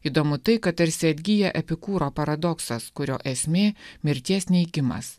įdomu tai kad tarsi atgyja epikūro paradoksas kurio esmė mirties neigimas